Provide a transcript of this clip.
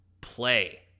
play